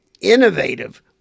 innovative